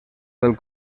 del